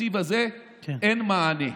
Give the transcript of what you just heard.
ובתקציב הזה אין מענה.